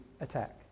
attack